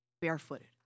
barefooted